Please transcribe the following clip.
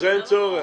אז אין צורך,